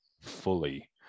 fully